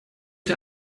der